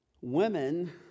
Women